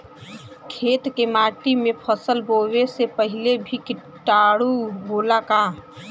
खेत के माटी मे फसल बोवे से पहिले भी किटाणु होला का?